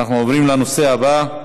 אנחנו עוברים לנושא הבא.